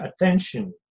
attention